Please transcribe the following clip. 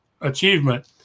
achievement